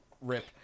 Rip